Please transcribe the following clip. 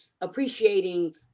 appreciating